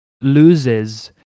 loses